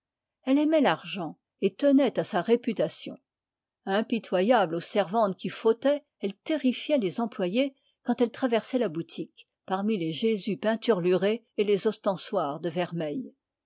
elle aimait l'argent et tenait à sa réputation impitoyable aux servantes qui fautaient elle terrifiait les employés quand elle traversait la boutique parmi les jésus peinturlurés et les ostensoirs de vermeil